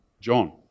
John